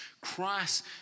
Christ